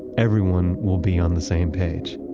everyone will be on the same page.